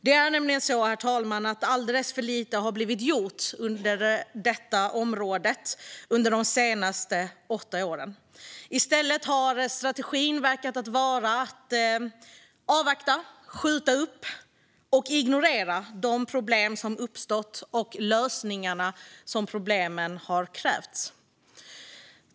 Det är nämligen så att alldeles för lite har blivit gjort på detta område under de senaste åtta åren. I stället har strategin verkat vara att avvakta, skjuta upp och ignorera de problem som uppstått och lösningarna de krävt.